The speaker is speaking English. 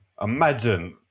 Imagine